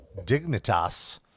Dignitas